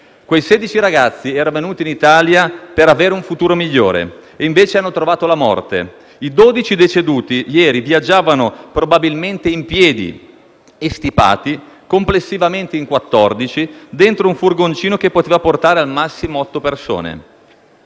Quei sedici ragazzi erano venuti in Italia per avere un futuro migliore e invece hanno trovato la morte. I dodici deceduti ieri viaggiavano probabilmente in piedi e stipati, complessivamente in quattordici, dentro un furgoncino che poteva portare al massimo otto persone.